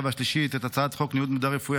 והשלישית את הצעת חוק ניוד מידע רפואי,